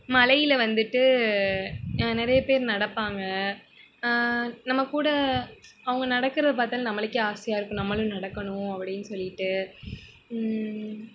மலையில் வந்துவிட்டு நிறைய பேர் நடப்பாங்க நம்ம கூட அவங்க நடக்கிறது பார்த்தாலே நம்மளுக்கே ஆசையாக இருக்கும் நம்மளும் நடக்கணும் அப்படின்னு சொல்லிவிட்டு